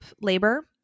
labor